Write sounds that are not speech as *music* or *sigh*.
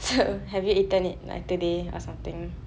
so *laughs* have you eaten it like today or something